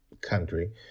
country